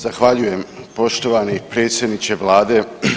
Zahvaljujem poštovani predsjedniče Vlade.